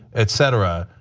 etc?